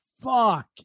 fuck